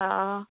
हा